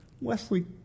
Wesley